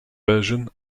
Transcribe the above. version